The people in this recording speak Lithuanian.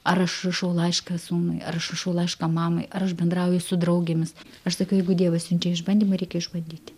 ar aš rašau laišką sūnui aš rašau laišką mamai ar aš bendrauju su draugėmis aš sakau jeigu dievas siunčia išbandymą reikia išbandyti